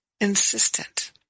insistent